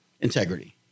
Integrity